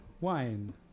wine